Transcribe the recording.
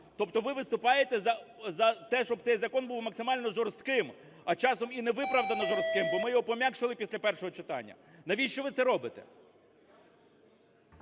Тобто ви виступаєте за те, щоб цей закон був максимально жорстким, а часом і невиправдано жорстким, бо ми його пом'якшили після першого читання. Навіщо ви це робите?